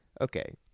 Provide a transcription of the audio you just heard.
Okay